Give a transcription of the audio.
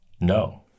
No